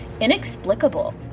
inexplicable